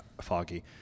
Foggy